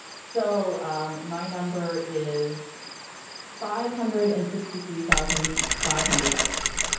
so um my number is five hundred and sixty three thousand five hundred dollars.